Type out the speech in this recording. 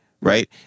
Right